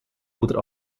oder